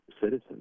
citizens